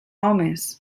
homes